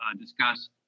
discuss